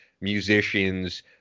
musicians